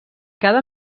cada